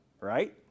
right